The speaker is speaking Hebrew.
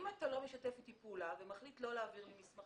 אם אתה לא משתף אתי פעולה ומחליט לא להעביר לי מסמכים,